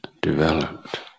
developed